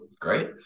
great